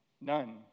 None